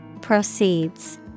Proceeds